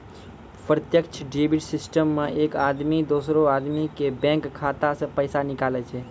प्रत्यक्ष debit system मे एक आदमी दोसरो आदमी के बैंक खाता से पैसा निकाले छै